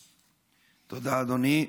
תודה, אדוני.